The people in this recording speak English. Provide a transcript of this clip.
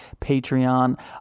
Patreon